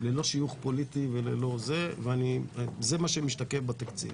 ללא שיוך פוליטי, וזה מה שמשתקף בתקציב.